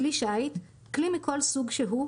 "כלי שיט" - כלי מכל סוג שהוא,